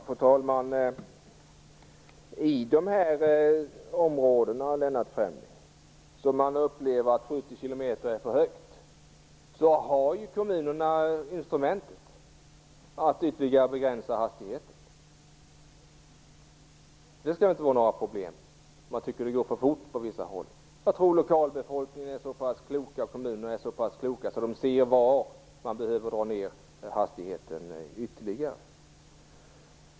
Fru talman! I de områden där man upplever att 70 kilometer i timmen är en för hög hastighet har kommunerna instrumentet att ytterligare begränsa hastigheten. Det skall inte vara några problem att man tycker att det går för fort på vissa håll. Jag tror att lokalbefolkningen och kommunerna är så pass kloka så att de ser var man behöver dra ned hastigheten ytterligare.